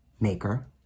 maker